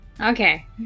Okay